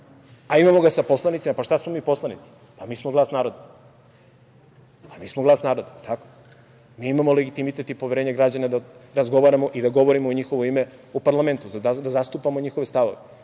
a imamo ga sa poslanicima, pa šta smo mi poslanici? Pa mi smo vlas naroda, da li je tako? Mi imamo legitimitet i poverenje građana da razgovaramo i da govorimo u njihovo ime u parlamentu, da zastupamo njihove stavove.